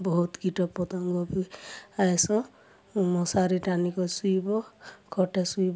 ବହୁତ୍ କୀଟ ପତଙ୍ଗ ବି ଆଏସନ୍ ମଶାରୀ ଟାନିକରି ଶୁଇବ ଖଟେ ଶୁଇବ